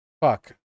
Fuck